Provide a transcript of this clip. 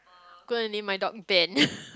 go and name my dog Ben